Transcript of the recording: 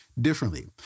differently